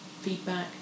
feedback